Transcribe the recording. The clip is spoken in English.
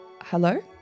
hello